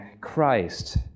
Christ